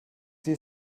sie